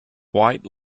white